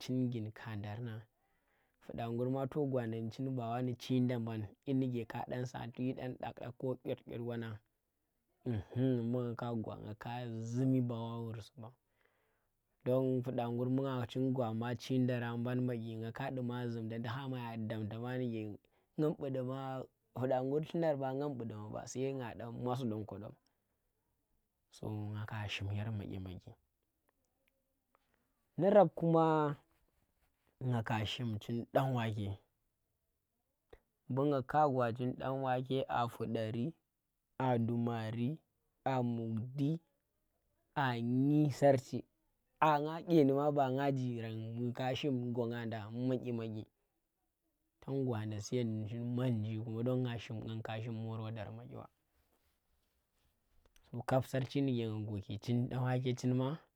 Chin ghin kaandar nang, fuda ngur ma to gwa nda ndi chin ba wa ndi chen dar ban nyi ndike ka sa ti yi ɗag ɗag ko kyot kyot wan ngan umhuuum ɓu nga ka gwa nga ka zumi, bawa wur si ɓa. Don fuda ngur bu nga chin gwa ma chin cheendarang ban madyi nga ka duma zum ndang tu hamaya damta ma ndike ngam ɓu ɗuma fuda ngur llunar ma ngam bu duma ɓa sai naa dan mas don kodom. So nga ka shim yar maƙi maƙi ndi rab kuma nga ka shim chin danwake ɓu nga ka gwa chin dan wake a fudari, a ɗumari, a mughdi, a nyi sarchi aa nga dye ni ma ba nga jirang nga kashim gwa nga nda madye madye, tan gwaanda suyen ndi chin manje kuma don nga ka shim murr wadar maƙyi ba so kap sarchi ndike nang gwaki chin danwake chin ma.